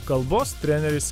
kalbos treneris